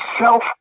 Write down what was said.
self